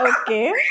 Okay